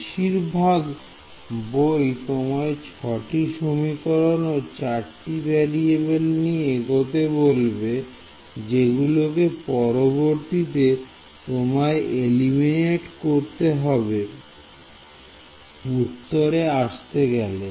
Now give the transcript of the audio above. বেশিরভাগ বই তোমায় 6 টি সমীকরণ ও 4 টি ভেরিয়েবল নিয়ে এগোতে বলবে যেগুলোকে পরবর্তীতে তোমায় খন্ডিত করে এই উত্তরেই আসতে হবে